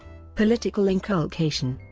political inculcation